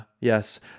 yes